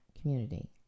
community